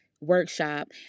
workshop